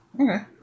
Okay